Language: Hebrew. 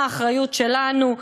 מה האחריות שלנו,